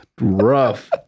rough